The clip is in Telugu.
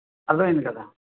అర్థమైంది కదా